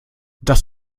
dass